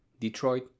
Detroit